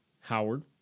Howard